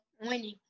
Winning